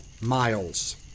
miles